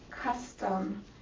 Custom